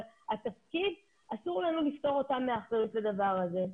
אבל אסור לנו לפטור אותם מאחריות לדבר הזה.